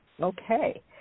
Okay